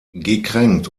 gekränkt